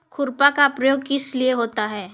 खुरपा का प्रयोग किस लिए होता है?